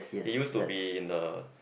he used to be in a